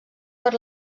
per